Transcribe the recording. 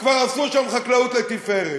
כבר עשו שם חקלאות לתפארת.